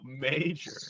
major